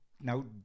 now